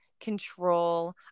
control